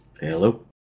Hello